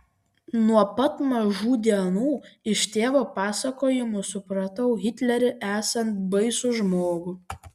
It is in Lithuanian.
nuo pat mažų dienų iš tėvo pasakojimų supratau hitlerį esant baisų žmogų